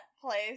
place